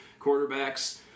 quarterbacks